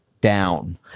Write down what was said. down